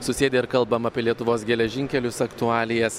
susėdę ir kalbam apie lietuvos geležinkelius aktualijas